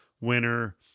winner